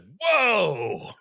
Whoa